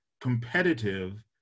competitive